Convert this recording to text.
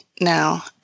now